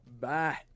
Bye